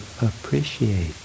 appreciate